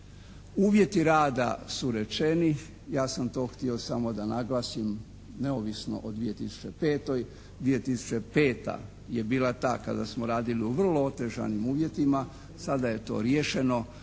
Uvjeti rada su rečeni. Ja sam to htio samo da naglasim neovisno o 2005. 2005. je bila ta kada smo radili u vrlo otežanim uvjetima. Sada je to riješeno